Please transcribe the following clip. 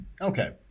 Okay